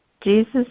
Jesus